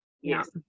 yes